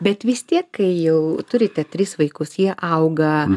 bet vis tiek kai jau turite tris vaikus jie auga